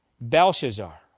Belshazzar